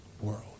world